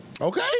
okay